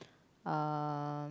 uh